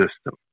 system